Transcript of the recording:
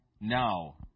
Now